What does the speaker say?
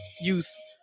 use